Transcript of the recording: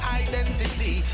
identity